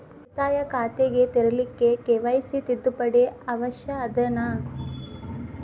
ಉಳಿತಾಯ ಖಾತೆ ತೆರಿಲಿಕ್ಕೆ ಕೆ.ವೈ.ಸಿ ತಿದ್ದುಪಡಿ ಅವಶ್ಯ ಅದನಾ?